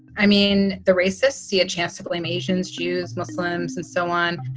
i mean, the racists see a chance to blame asians, jews, muslims and so on.